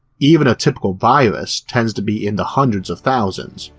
even a typical virus tends to be in the hundreds of thousands,